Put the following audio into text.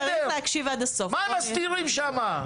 מה מסתירים שם?